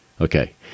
Okay